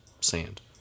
sand